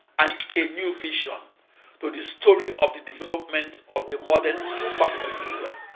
and a new vision to the story of the development of the modern supercomputer